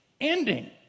ending